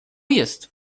jest